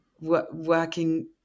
working